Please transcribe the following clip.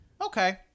okay